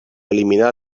eliminar